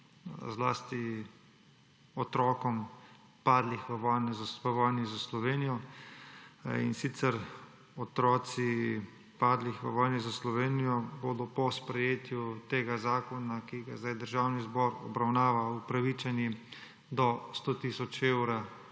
zlasti otrokom padlih v vojni za Slovenijo. Otroci padlih v vojni za Slovenijo bodo po sprejetju tega zakona, ki ga zdaj Državni zbor obravnava, upravičeni do 100 tisoč evrov